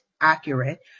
accurate